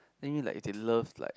think if they love like